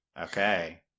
Okay